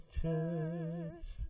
church